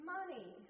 Money